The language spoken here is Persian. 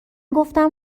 گفتم